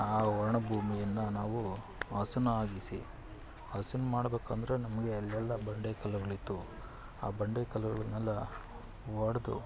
ಆ ಒಣ ಭೂಮಿಯನ್ನು ನಾವು ಹಸನಾಗಿಸಿ ಹಸನು ಮಾಡ್ಬೇಕೆಂದ್ರೆ ನಮಗೆ ಅಲ್ಲೆಲ್ಲ ಬಂಡೆಕಲ್ಲುಗಳಿತ್ತು ಆ ಬಂಡೆಕಲ್ಲುಗಳನ್ನೆಲ್ಲ ಒಡೆದು